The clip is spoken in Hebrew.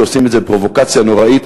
שעושים מזה פרובוקציה נוראית,